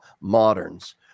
moderns